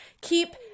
keep